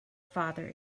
father